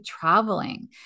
traveling